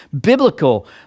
biblical